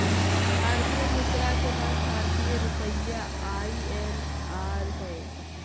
भारतीय मुद्रा के नाम भारतीय रुपया आई.एन.आर हइ